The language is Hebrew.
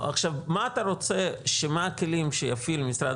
מה אתה רוצה שיהיו הכלים שיפעילו משרד